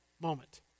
moment